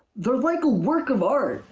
they're like a work of art.